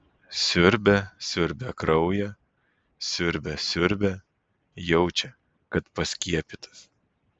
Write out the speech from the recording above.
siurbia siurbia kraują siurbia siurbia jaučia kad paskiepytas